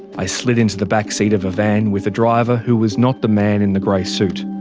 i slid into the back seat of a van with a driver who was not the man in the grey suit,